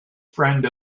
friend